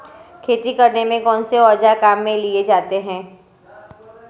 खेती करने में कौनसे औज़ार काम में लिए जाते हैं?